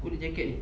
put the jacket